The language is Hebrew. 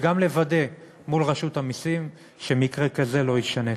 וגם לוודא מול רשות המסים שמקרה כזה לא יישנה.